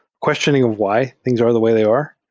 questioning why things are the way they are.